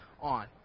on